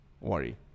worry